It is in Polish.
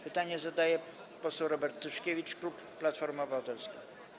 Pytanie zadaje poseł Robert Tyszkiewicz, klub Platforma Obywatelska.